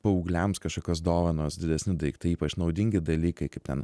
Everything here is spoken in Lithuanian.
paaugliams kažkokios dovanos didesni daiktai ypač naudingi dalykai kaip ten